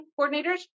coordinators